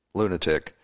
lunatic